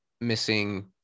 missing